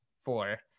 four